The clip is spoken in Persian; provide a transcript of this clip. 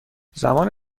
زمان